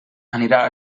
anirà